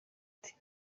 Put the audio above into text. ati